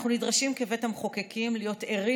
אנחנו נדרשים כבית המחוקקים להיות ערים